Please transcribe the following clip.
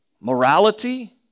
morality